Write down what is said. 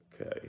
Okay